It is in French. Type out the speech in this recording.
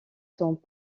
sont